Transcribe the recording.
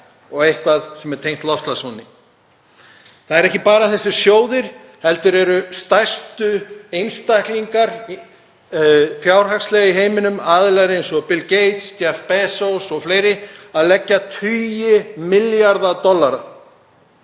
og eitthvað sem er tengt loftslagsvánni. Það eru ekki bara þessir sjóðir heldur eru stærstu einstaklingar fjárhagslega í heiminum, eins og Bill Gates, Jeff Bezos o.fl., að leggja tugi milljarða dollara